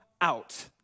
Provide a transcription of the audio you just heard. out